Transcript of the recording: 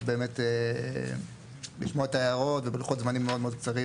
באמת לשמוע את ההערות ובלוחות זמנים מאוד מאוד קצרים